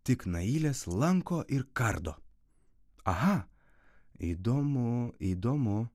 nailės lanko ir kardo aha įdomu įdomu